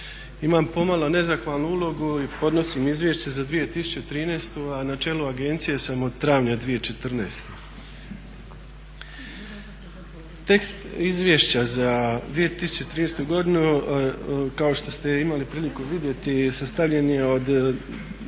Imam pomalo nezahvalnu ulogu i podnosim izvješće za 2013. a na čelu agencije sam od travnja 2014. Tekst izvješća za 2013. godinu kao što ste imali priliku vidjeti sastavljen je